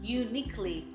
uniquely